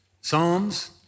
Psalms